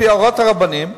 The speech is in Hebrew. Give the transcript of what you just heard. לפי הוראות הרבנים,